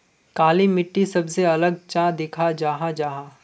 काली मिट्टी सबसे अलग चाँ दिखा जाहा जाहा?